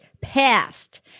passed